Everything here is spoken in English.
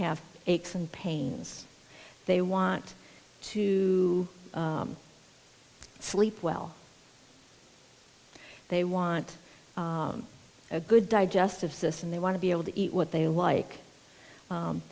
have aches and pains they want to sleep well they want a good digestive system they want to be able to eat what they like